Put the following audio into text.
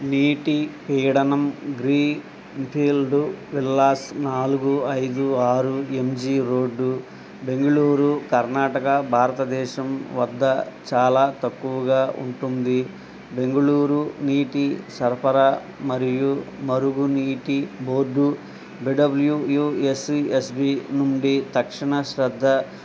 నీటి పీడనం green field villas నాలుగు ఐదు ఆరు M G road Bengaluru Karnataka భారతదేశం వద్ద చాలా తక్కువగా ఉంటుంది బెంగళూరు నీటి సరఫరా మరియు మురుగునీటి board B W U S V S B నుండి తక్షణ శ్రద్ధ